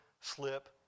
slip